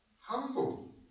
Humble